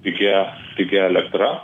pigia pigia elektra